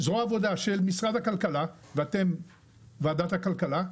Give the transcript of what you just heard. זרוע העבודה של משרד הכלכלה ואתם ועדת הכלכלה,